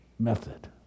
method